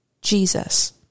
Jesus